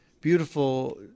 beautiful